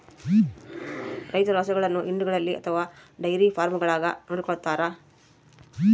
ರೈತರು ಹಸುಗಳನ್ನು ಹಿಂಡುಗಳಲ್ಲಿ ಅಥವಾ ಡೈರಿ ಫಾರ್ಮ್ಗಳಾಗ ನೋಡಿಕೊಳ್ಳುತ್ತಾರೆ